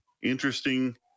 interesting